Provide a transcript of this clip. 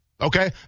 okay